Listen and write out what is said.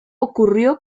ocurrió